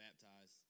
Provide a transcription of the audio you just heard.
baptized